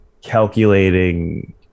calculating